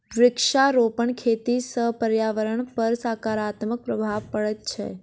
वृक्षारोपण खेती सॅ पर्यावरणपर सकारात्मक प्रभाव पड़ैत छै